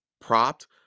propped